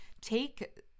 Take